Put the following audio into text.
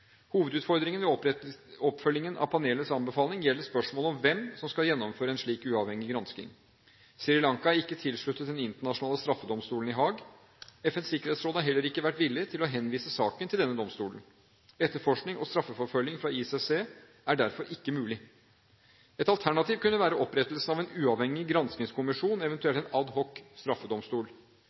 Hovedutfordringen ved oppfølgingen av panelets anbefaling gjelder spørsmålet om hvem som skal gjennomføre en slik uavhengig gransking. Sri Lanka er ikke tilsluttet den internasjonale straffedomstolen i Haag, ICC. FNs sikkerhetsråd har heller ikke vært villig til å henvise saken til denne domstolen. Etterforskning og straffeforfølgning fra ICC er derfor ikke mulig. Et alternativ kunne være opprettelse av en uavhengig granskingskommisjon, eventuelt en